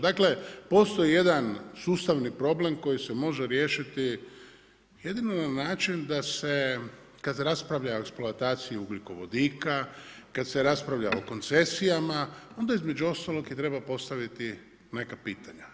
Dakle, postoji jedan sustavni problem koji se može riješiti jedino na način da se, kad se raspravlja o eksploataciji ugljikovodika, kad se raspravlja o koncesijama, onda između ostalog i treba postaviti neka pitanja.